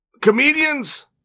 comedians